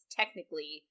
technically